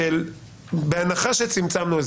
בהנחה שצמצמנו,